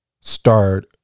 start